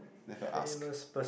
need to ask